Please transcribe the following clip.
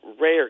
rare